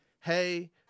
hey